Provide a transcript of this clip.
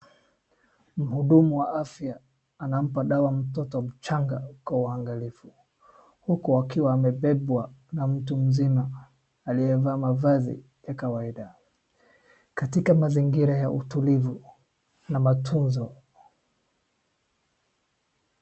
Mhudumu wa afya anampa dawa mtoto mchanga kwa uangalifu huku akiwa amebebwa na mtu mzima aliyevaa mavazi ya kawaida katika mazingira ya utulivu na matunzo.